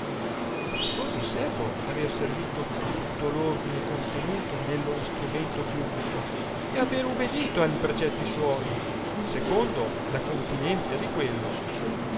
rispose il servo aver servilo tutto l'ordine contenuto nello instrumento publico e aver ubedito alli precetti suoi secondo la continenzia di quello